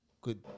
Good